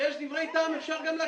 כשיש דברי טעם, אפשר גם להקשיב.